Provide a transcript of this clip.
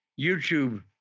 YouTube